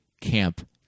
camp